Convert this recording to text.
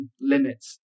limits